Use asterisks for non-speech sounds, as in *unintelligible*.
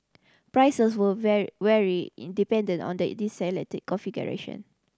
prices will *unintelligible* vary independent on the *unintelligible* selected configuration